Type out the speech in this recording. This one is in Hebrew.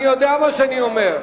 אני יודע מה שאני אומר,